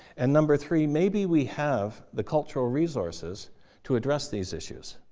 and number three, maybe we have the cultural resources to address these issues.